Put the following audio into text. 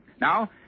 Now